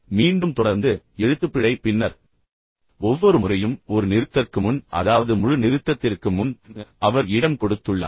எனவே மீண்டும் தொடர்ந்து எழுத்துப்பிழை பின்னர் ஒவ்வொரு முறையும் ஒரு நிறுத்தற்கு முன் அதாவது முழு நிறுத்தத்திற்கு முன் அவர் இடம் கொடுத்துள்ளார்